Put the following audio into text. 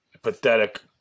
Pathetic